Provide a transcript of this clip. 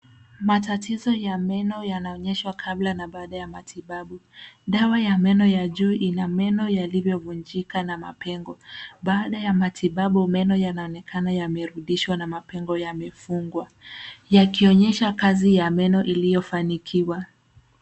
Matatizo ya meno yanaoneshwa kabla na baada ya matibabu. Dawa ya meno ya juu ina meno yalivyovunjika na mapengo. Baada ya matibabu meno yanaonekana yamerudishwa na mapengo yamefungwa, yakionyesha kazi ya meno iliyofanikiwa.